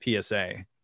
PSA